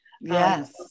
Yes